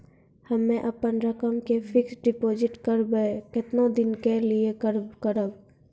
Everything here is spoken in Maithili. हम्मे अपन रकम के फिक्स्ड डिपोजिट करबऽ केतना दिन के लिए करबऽ?